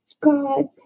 god